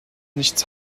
nichts